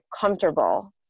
comfortable